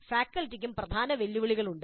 ഫാക്കൽറ്റിക്കും പ്രധാന വെല്ലുവിളികൾ ഉണ്ട്